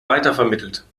weitervermittelt